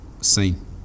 seen